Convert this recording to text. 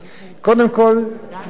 קודם כול, למניעת